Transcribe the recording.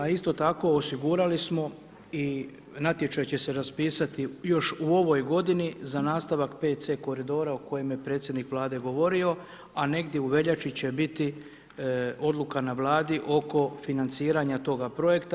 A, isto tako, osigurali smo i natječaj će se raspisati još u ovoj godini za nastavak PC Koridora o kojem je predsjednik Vlade govorio, a negdje u veljači će biti odluka na Vladi oko financiranja toga projekta.